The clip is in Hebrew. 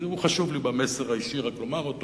כי חשוב לי במסר האישי לומר אותו,